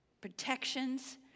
Protections